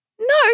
No